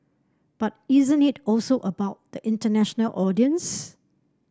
but isn't it also about the international audience